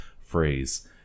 phrase